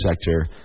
sector